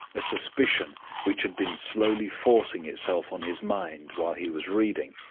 a suspicion which had been slowly forcing itself on his mind, while he was reading,